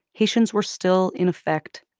haitians were still, in effect,